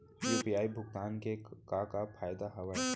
UPI भुगतान के का का फायदा हावे?